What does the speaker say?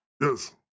yes